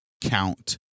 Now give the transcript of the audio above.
count